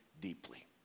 deeply